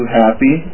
happy